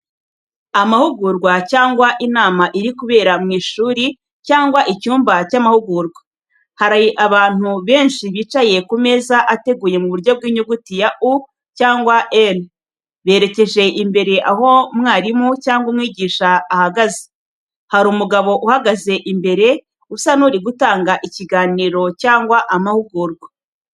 Amahugurwa cyangwa inama iri kubera mu ishuri cyangwa icyumba cy’amahugurwa. hari abantu benshi bicaye ku meza ateguye mu buryo bw’inyuguti ya “U” cyangwa “L”, berekeje imbere aho umwarimu cyangwa umwigisha ari guhagaze. Hari umugabo uhagaze imbere, usa n’uri gutanga ikiganiro cyangwa amahugurwa.